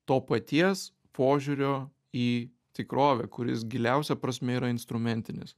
to paties požiūrio į tikrovę kuris giliausia prasme yra instrumentinis